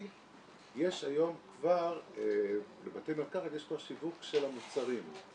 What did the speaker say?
כבר בבתי מרקחת שיווק של המוצרים.